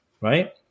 right